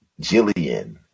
Jillian